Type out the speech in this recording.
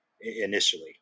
Initially